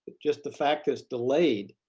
just the fact it's delayed